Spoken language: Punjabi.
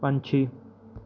ਪੰਛੀ